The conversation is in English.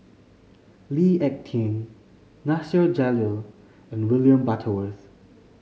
Lee Ek Tieng Nasir Jalil and William Butterworth